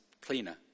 cleaner